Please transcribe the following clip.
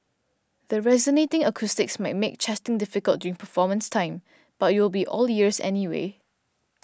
the resonating acoustics might make chatting difficult during performance time but you will be all ears anyway